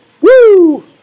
Woo